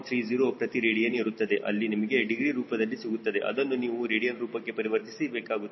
30 ಪ್ರತಿ ರೇಡಿಯನ್ ಇರುತ್ತದೆ ಅಲ್ಲಿ ನಿಮಗೆ ಡಿಗ್ರಿ ರೂಪದಲ್ಲಿ ಸಿಗುತ್ತದೆ ಅದನ್ನು ನೀವು ರೇಡಿಯನ್ ರೂಪಕ್ಕೆ ಪರಿವರ್ತಿಸಿ ಬೇಕಾಗುತ್ತದೆ